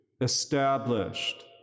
established